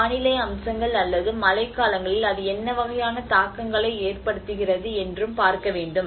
வானிலை அம்சங்கள் அல்லது மழைக்காலங்களில் அது என்ன வகையான தாக்கங்களை ஏற்படுத்துகிறது என்றும் பார்க்க வேண்டும்